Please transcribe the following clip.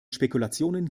spekulationen